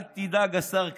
אל תדאג, השר כהנא,